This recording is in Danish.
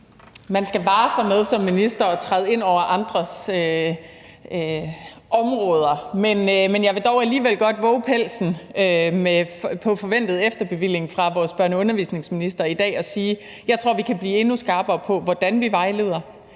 Man skal som minister vare sig for at træde ind over andres områder, men jeg vil dog alligevel godt vove pelsen i dag på forventet efterbevilling fra vores børne- og undervisningsminister og sige, at jeg tror, vi kan blive endnu skarpere på, hvordan vi vejleder.